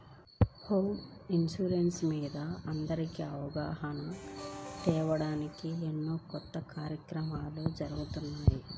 home insurance మీద అందరికీ అవగాహన తేవడానికి ఎన్నో కొత్త కార్యక్రమాలు జరుగుతున్నాయి